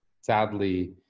sadly